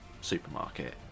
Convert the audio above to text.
supermarket